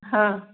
हा